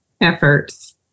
efforts